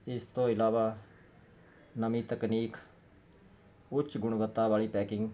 ਇਸ ਤੋਂ ਇਲਾਵਾ ਨਵੀਂ ਤਕਨੀਕ ਉੱਚ ਗੁਣਵੱਤਾ ਵਾਲੀ ਪੈਕਿੰਗ